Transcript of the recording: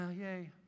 yay